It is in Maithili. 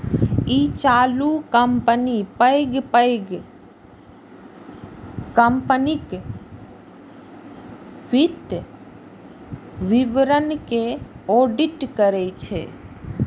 ई चारू कंपनी पैघ पैघ कंपनीक वित्तीय विवरण के ऑडिट करै छै